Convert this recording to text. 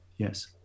Yes